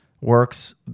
works